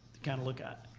kind of look at.